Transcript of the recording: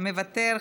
מוותר,